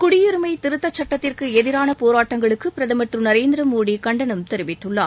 குடியுரிஸம திருத்தச் சுட்டத்திற்கு எதிரான போராட்டங்களுக்கு பிரதமர் திரு நரேந்திர மோடி கண்டனம் தெரிவித்துள்ளார்